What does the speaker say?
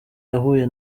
yahuye